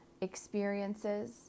experiences